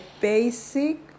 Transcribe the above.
basic